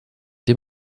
dem